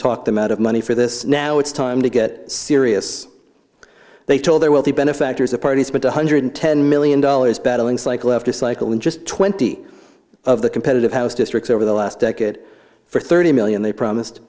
talk them out of money for this now it's time to get serious they told their wealthy benefactors the party spent one hundred ten million dollars battling cycle after cycle in just twenty of the competitive house districts over the last decade for thirty million they promised